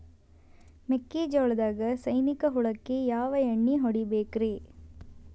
ಮೆಕ್ಕಿಜೋಳದಾಗ ಸೈನಿಕ ಹುಳಕ್ಕ ಯಾವ ಎಣ್ಣಿ ಹೊಡಿಬೇಕ್ರೇ?